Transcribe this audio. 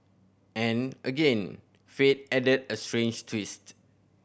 and again fate added a strange twist